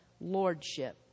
lordship